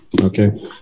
Okay